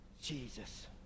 Jesus